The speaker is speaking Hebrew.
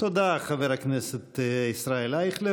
תודה לחבר הכנסת ישראל אייכלר.